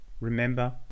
Remember